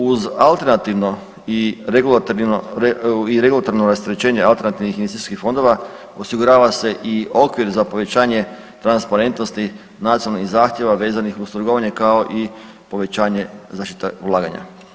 Uz alternativno i regulatorno rasterećenje alternativnih investicijskih fondova osigura se i okvir za povećanje transparentnosti nacionalnih zahtjeva vezanih uz trgovanje kao i povećanje zaštite ulaganja.